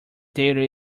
there